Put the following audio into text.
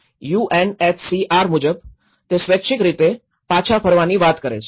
તેથી યુએનએચસીઆર મુજબ તે સ્વૈચ્છિક રીતે પાછા ફરવાની વાત કરે છે